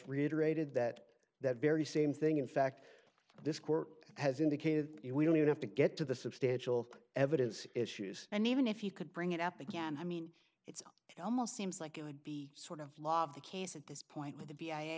reiterated that that very same thing in fact this court has indicated we don't even have to get to the substantial evidence issues and even if you could bring it up again i mean it's almost seems like it would be sort of law of the case at this point with